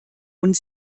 hund